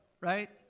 right